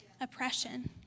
oppression